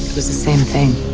was the same thing.